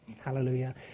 Hallelujah